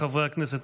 חברי הכנסת,